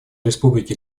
республики